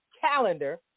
calendar